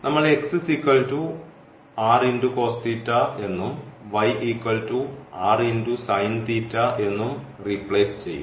നമ്മൾ എന്നും എന്നും റിപ്ലേസ് ചെയ്യും